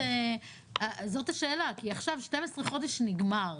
זאת השאלה, כי עכשיו 12 חודש נגמר.